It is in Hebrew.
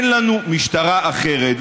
אין לנו משטרה אחרת.